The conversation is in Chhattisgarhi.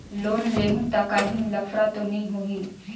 लोन लेहूं ता काहीं लफड़ा तो नी होहि?